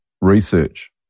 research